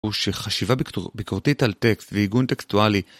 ושחשיבה ביקורתית על טקסט ועיגון טקסטואלי.